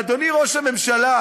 ואדוני ראש הממשלה,